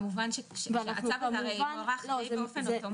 הצו הרי מוארך באופן אוטומטי.